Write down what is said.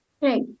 Right